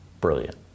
Brilliant